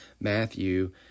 Matthew